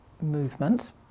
movement